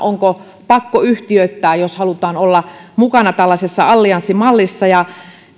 ja onko pakko yhtiöittää jos halutaan olla mukana tällaisessa allianssimallissa